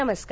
नमस्कार